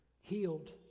healed